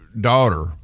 daughter